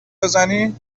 بزنی